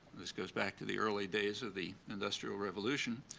this goes back to the early days of the industrial revolution.